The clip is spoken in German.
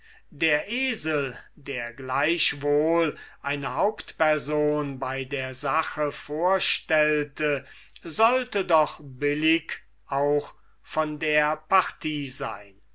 der esel der gleichwohl eine hauptperson bei der sache vorstellte sollte doch billig auch von der partie sein